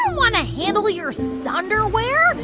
ah want to handle your sun-derwear.